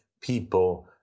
people